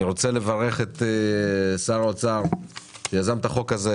אני מברך את שר האוצר שיזם את החוק הזה,